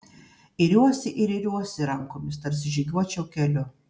iriuosi ir iriuosi rankomis tarsi žygiuočiau keliu